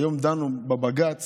היום דנו בבג"ץ